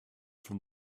from